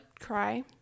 cry